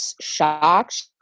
shocked